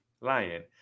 Lion